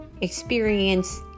experience